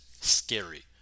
scary